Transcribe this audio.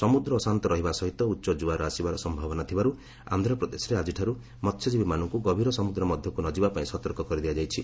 ସମୁଦ୍ର ଅଶାନ୍ତ ରହିବା ସହିତ ଉଚ୍ଚ କୁଆର ଆସିବାର ସମ୍ଭାବନା ଥିବାରୁ ଆନ୍ଧ୍ରପ୍ରଦେଶରେ ଆଜିଠାରୁ ମହ୍ୟଜୀବୀମାନଙ୍କୁ ଗଭୀର ସମୁଦ୍ର ମଧ୍ୟକୁ ନ ଯିବାପାଇଁ ସତର୍କ କରିଦିଆଯାଇଛି